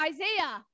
Isaiah